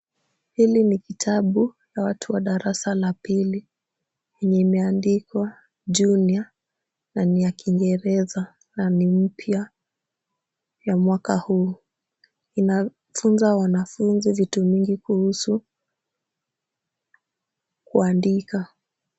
Hili ni kitabu la watu wa darasa la pili yenye imeandikwa junior na ni ya kingereza na ni mpya ya mwaka huu. Inafunza wanafunzi vitu mingi kuhusu kuandika.